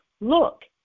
Look